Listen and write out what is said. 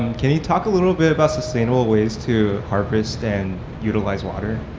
can you talk a little bit about sustainable ways to harvest and utilize water?